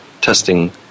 testing